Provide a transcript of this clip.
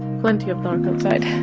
plenty of dark outside